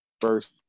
first